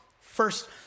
first